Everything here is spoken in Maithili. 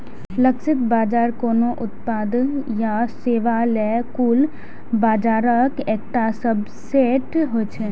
लक्षित बाजार कोनो उत्पाद या सेवा लेल कुल बाजारक एकटा सबसेट होइ छै